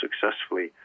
successfully